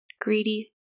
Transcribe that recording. greedy